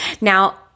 Now